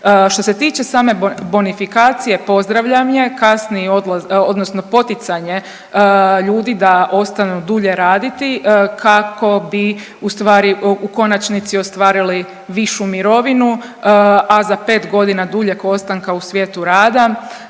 Što se tiče same bonifikacije pozdravljam je, kasniji odlazak odnosno poticanje ljudi da ostanu dulje raditi kako bi ustvari u konačnici ostvarili višu mirovinu, a za 5.g. duljeg ostanka u svijetu rada